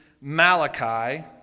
Malachi